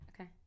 Okay